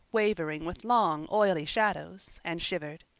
wavering with long, oily shadows, and shivered.